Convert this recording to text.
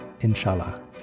inshallah